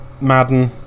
Madden